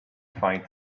find